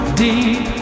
deep